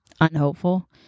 unhopeful